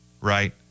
right